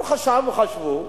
חשבו וחשבו